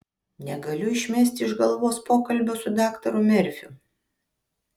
negaliu išmesti iš galvos pokalbio su daktaru merfiu